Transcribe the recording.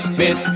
miss